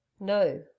no